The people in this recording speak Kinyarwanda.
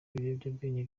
ibiyobyabwenge